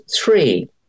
three